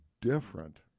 different